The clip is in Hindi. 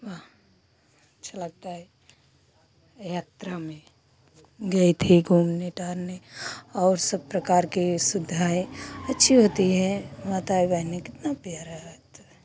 वहाँ अच्छा लगता है यात्रा में गई थी घूमने टहलने और सब प्रकार के सुविधाएँ अच्छी होती हैं माताएँ बहनें कितना प्यारा लगता है